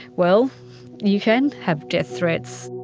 well you can have death threats.